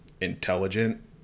intelligent